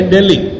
Delhi